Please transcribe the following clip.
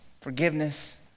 forgiveness